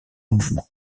mouvements